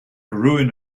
ruin